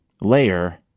layer